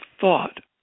thought